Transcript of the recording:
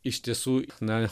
iš tiesų na